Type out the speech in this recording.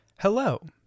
Hello